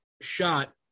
shot